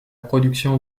production